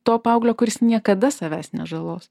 to paauglio kuris niekada savęs nežalos